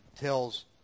tells